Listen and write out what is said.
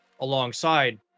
alongside